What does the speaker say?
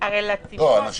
בתי